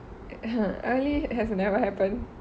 her early has never happen